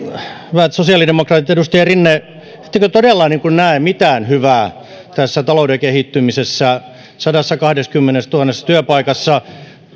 hyvät sosiaalidemokraatit edustaja rinne ettekö todella näe mitään hyvää tässä talouden kehittymisessä sadassakahdessakymmenessätuhannessa työpaikassa